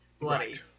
bloody